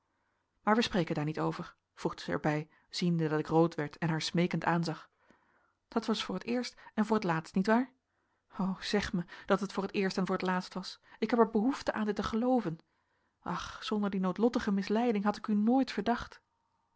maar spreken wij daar niet over voegde zij er bij ziende dat ik rood werd en haar smeekend aanzag dat was voor het eerst en voor het laatst nietwaar o zeg mij dat het voor t eerst en voor t laatst was ik heb er behoefte aan dit te gelooven ach zonder die noodlottige misleiding had ik u nooit verdacht